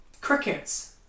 crickets